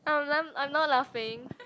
I wasn't I am not laughing